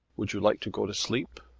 would you like to go to sleep?